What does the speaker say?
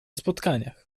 spotkaniach